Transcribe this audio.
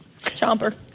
Chomper